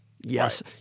Yes